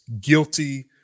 guilty